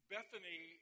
Bethany